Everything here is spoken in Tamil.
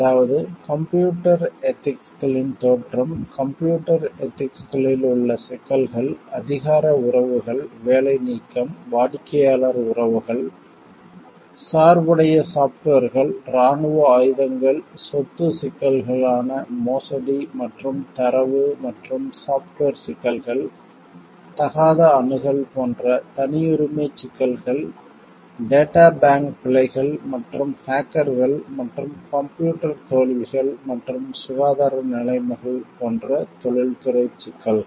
அதாவது கம்ப்யூட்டர் எதிக்ஸ்களின் தோற்றம் கம்ப்யூட்டர் எதிக்ஸ்களில் உள்ள சிக்கல்கள் அதிகார உறவுகள் வேலை நீக்கம் வாடிக்கையாளர் உறவுகள் சார்புடைய சாப்ட்வேர்கள் இராணுவ ஆயுதங்கள் சொத்துச் சிக்கல்களான மோசடி மற்றும் தரவு மற்றும் சாப்ட்வேர் சிக்கல்கள் தகாத அணுகல் போன்ற தனியுரிமைச் சிக்கல்கள் டேட்டா பேங்க் பிழைகள் மற்றும் ஹேக்கர்கள் மற்றும் கம்ப்யூட்டர் தோல்விகள் மற்றும் சுகாதார நிலைமைகள் போன்ற தொழில்முறை சிக்கல்கள்